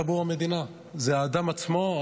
טבור המדינה זה האדם עצמו,